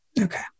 okay